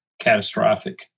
catastrophic